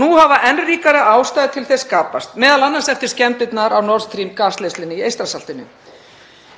Nú hefur enn ríkari ástæða skapast til þess, m.a. eftir skemmdirnar á Nord Stream-gasleiðslunni í Eystrasaltinu.